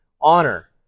honor